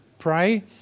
pray